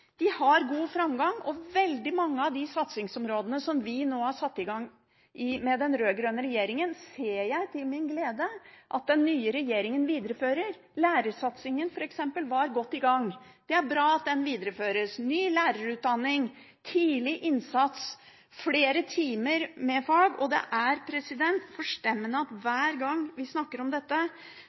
De har god framgang, og jeg ser til min glede at veldig mange av de satsingsområdene som ble satt i gang av den rød-grønne regjeringen, blir videreført av den nye regjeringen. For eksempel var lærersatsingen godt i gang. Det er bra at den videreføres. Det samme gjelder ny lærerutdanning, tidlig innsats og flere timer med fag. Det er forstemmende at det hver gang vi snakker om dette,